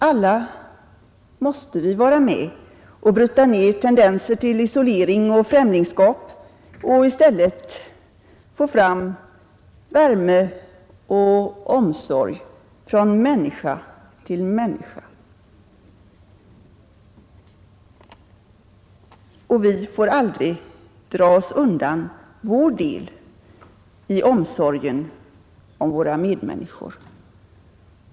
Alla måste vi vara med och bryta ned tendenser till isolering och främlingskap och i stället få fram värme och omsorg från människa till människa. Och vi får aldrig dra oss undan vår del i omsorgen om våra medmänniskor.